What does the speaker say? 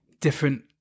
different